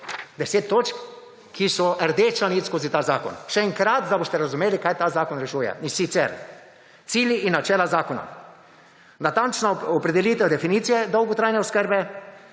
10 točk, ki so rdeča nit skozi ta zakona. Še enkrat, da boste razumeli kaj ta zakon rešuje. In sicer, cilji in načela zakona. Natančna opredelitev definicije dolgotrajne oskrbe,